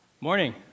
Morning